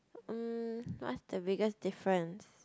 mm what's the biggest difference